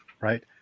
right